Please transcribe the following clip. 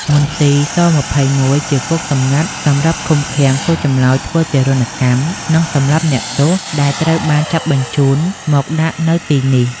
មន្ទីរ ស-២១ជាគុកសម្ងាត់សម្រាប់ឃុំឃាំង សួរចម្លើយ ធ្វើទារុណកម្ម និងសម្លាប់អ្នកទោសដែលត្រូវបានចាប់ បញ្ជូនមកដាក់នៅទីនេះ៖ ។